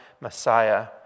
Messiah